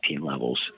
levels